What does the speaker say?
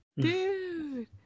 Dude